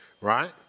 Right